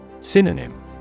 Synonym